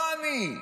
לא אני,